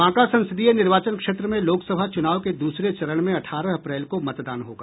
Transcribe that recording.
बांका संसदीय निर्वाचन क्षेत्र में लोक सभा चूनाव के दूसरे चरण में अठारह अप्रैल को मतदान होगा